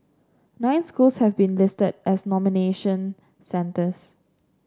nine schools have been listed as nomination centres